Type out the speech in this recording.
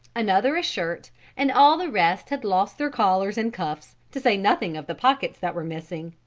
another a shirt and all the rest had lost their collars and cuffs to say nothing of the pockets that were missing.